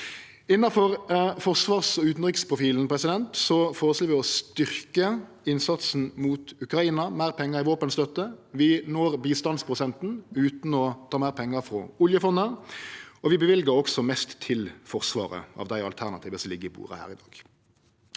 Innanfor forsvars- og utanriksprofilen føreslår vi å styrkje innsatsen mot Ukraina, meir pengar i våpenstøtte. Vi når bistandsprosenten utan å ta meir pengar frå oljefondet. Vi løyver også mest til Forsvaret av dei alternativa som ligg på bordet her i dag.